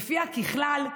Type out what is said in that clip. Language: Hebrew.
שלפיה ככלל,